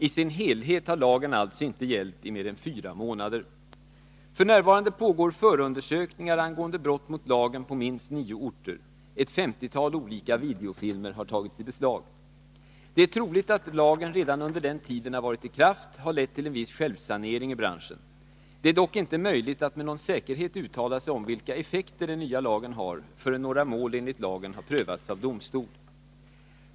I sin helhet har lagen alltså inte gällt i mer än fyra månader. F.n. pågår förundersökningar angående brott mot lagen på minst nio orter. Ett femtiotal olika videofilmer har tagits i beslag. Det är troligt att lagen redan under den tid den har varit i kraft har lett till en viss självsanering i branschen. Det är dock inte möjligt att med någon säkerhet uttala sig om vilka effekter den nya lagen har förrän några mål enligt lagen har prövats av domstol.